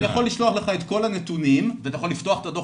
אני יכול לשלוח לך את כל הנתונים ואתה יכול לפתוח את הדוח,